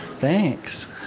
thanks.